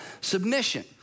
submission